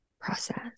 process